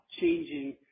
changing